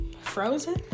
frozen